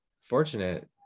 fortunate